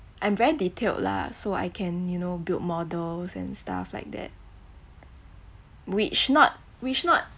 I'm very detailed lah so I can you know build models and stuff like that which not which not